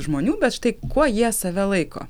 žmonių bet štai kuo jie save laiko